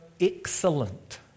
excellent